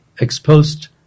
exposed